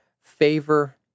favor